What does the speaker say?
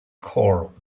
choral